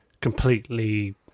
completely